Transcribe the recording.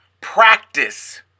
practice